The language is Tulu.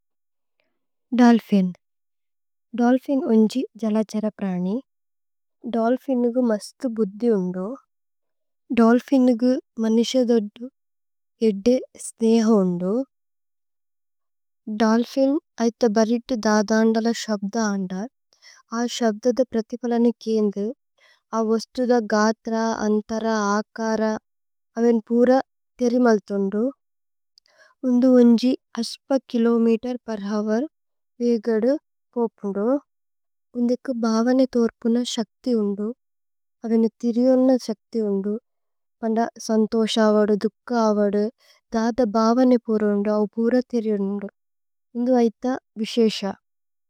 ദോല്ഫിന് ദോല്ഫിന് ഉന്ജി ജലഛര പ്രനി ദോല്ഫിന്। ന്ഗു മസ്തു ബുദ്ധി ഓന്ദോ ദോല്ഫിന് ന്ഗു മനിശ। ദോദ്ദു ഏദ്ദേ ഇസ്ദേ ഹോ ഓന്ദോ ദോല്ഫിന് ഐഥ ബരിത്। ദദ ഓന്ദല ശബ്ദ ഓന്ദ ഐശബ്ദദ പ്രഥിഫല। നുകേന്ദു അവോസ്തു ദ ഗഥ്ര അന്തര അകര അവേന്। പൂര തേരിമല്ത് ഓന്ദോ ഉന്ദു ഉന്ജി അസ്പ കിലോമേതേര്। പരവര് വേഗദു പൂപുന്ദു ഉന്ദേക്കു ഭവനേ। തോര്പുന ശക്തി ഓന്ദോ അവേനേ തിരി ഓന്ന ശക്തി। ഓന്ദോ പന്ദ സന്തോശ ഓന്ദോ ദുക്ക ഓന്ദോ ദദ ഭവനേ പൂര ഓന്ദോ അപുര തേരി। ഓന്ദോ ഉന്ദു ഐഥ വിശേശ।